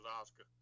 Oscar